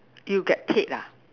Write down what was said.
you get paid ah